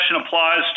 applies